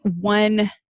one